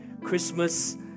Christmas